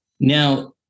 now